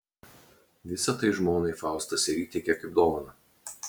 visa tai žmonai faustas ir įteikė kaip dovaną